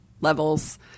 levels